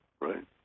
right